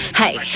hey